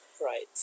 Right